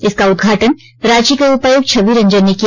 इसका उद्घाटन रांची के उपायुक्त छवि रंजन ने किया